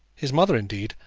his mother, indeed,